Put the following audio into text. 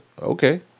okay